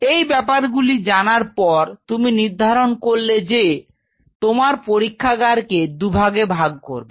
এই ব্যাপারগুলি জানার পর তুমি নির্ধারণ করলে যে তোমার পরীক্ষাগার কে দুভাগে ভাগ করবে